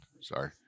Sorry